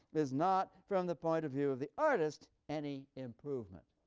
is not, from the point of view of the artist any improvement.